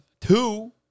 Two